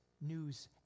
news